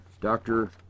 Doctor